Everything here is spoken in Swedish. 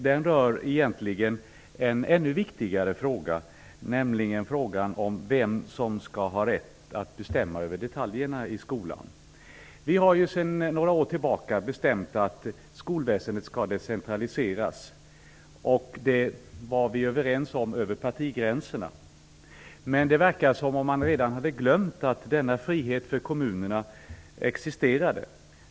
Den rör också en annan ännu viktigare fråga, nämligen frågan om vem som skall ha rätt att bestämma över detaljerna i fråga om skolan. För några år sedan bestämdes det att skolväsendet skulle decentraliseras, och det var vi överens om över partigränserna. Men det verkar som att man redan hade glömt att denna frihet för kommunerna existerade.